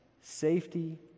safety